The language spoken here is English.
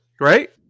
Right